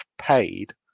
paid